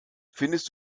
findest